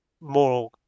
more